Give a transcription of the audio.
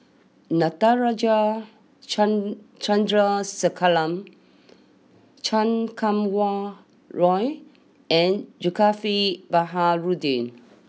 Natarajan Chan Chandrasekaran Chan Kum Wah Roy and Zulkifli Baharudin